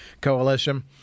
coalition